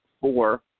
four